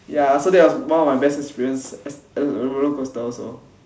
ya so that was one of my best experience roller coaster also